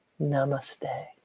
Namaste